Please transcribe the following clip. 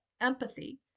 empathy